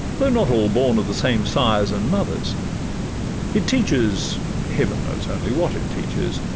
though not all born of the same sires and mothers it teaches heaven knows only what it teaches,